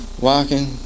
walking